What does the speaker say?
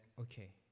okay